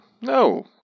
no